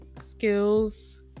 skills